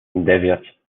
девять